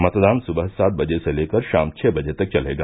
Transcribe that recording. मतदान सुबह सात बजे से लेकर शाम छ बजे तक चलेगा